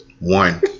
One